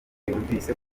yumvise